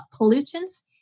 pollutants